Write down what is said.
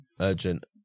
urgent